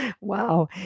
wow